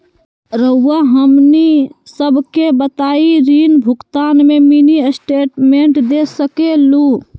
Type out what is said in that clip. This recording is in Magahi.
रहुआ हमनी सबके बताइं ऋण भुगतान में मिनी स्टेटमेंट दे सकेलू?